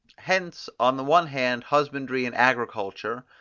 hence on the one hand husbandry and agriculture,